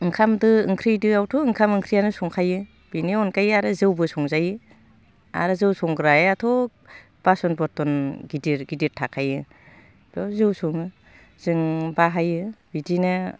ओंखाम दो ओंख्रि दोयावथ' ओंखाम ओंख्रियानो संखायो बिनि अनगायै आरो जौबो संजायो आरो जौ संग्रायाथ' बासन बर्थन गिदिर गिदिर थाखायो बेयाव जौ सङो जों बाहायो बिदिनो